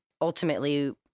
ultimately